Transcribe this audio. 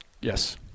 Yes